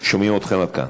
שומעים אתכם עד כאן.